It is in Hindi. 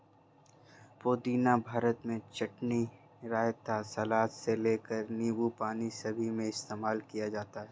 पुदीना भारत में चटनी, रायता, सलाद से लेकर नींबू पानी सभी में इस्तेमाल किया जाता है